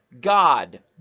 God